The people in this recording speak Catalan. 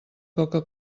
coca